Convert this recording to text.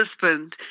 husband